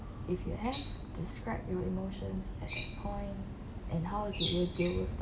if you have describe your emotions at that point and how was it you deal with